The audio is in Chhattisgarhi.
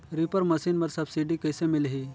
रीपर मशीन बर सब्सिडी कइसे मिलही?